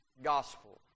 Gospel